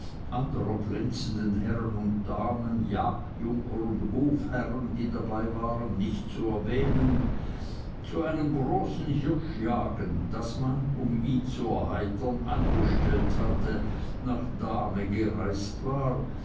andrer glänzenden herren und damen jagdjunker und hofherren die dabei waren nicht zu erwähnen zu einem großen hirschjagen das man um ihn zu erheitern angestellt hatte nach dahme gereist war